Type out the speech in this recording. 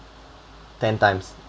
ten times